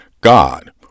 God